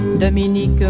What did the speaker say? Dominique